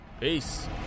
peace